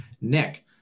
Nick